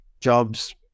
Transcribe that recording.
jobs